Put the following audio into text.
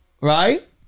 Right